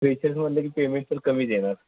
freshers म्हटलं की payment पण कमी देणार